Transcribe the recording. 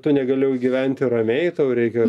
tu negaliu gyventi ramiai tau reikia